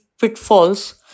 pitfalls